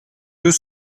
deux